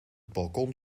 balkon